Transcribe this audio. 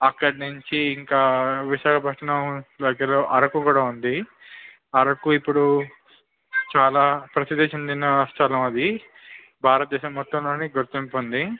అక్కడ నుంచి ఇంకా విశాఖపట్నం దగ్గరలో అరకు కూడా ఉంది అరకు ఇప్పుడు చాలా ప్రసిద్ధి చెందిన స్థలం అది భారతదేశం మొత్తములోనీ గుర్తింపు ఉంది